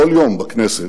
שבכל יום בכנסת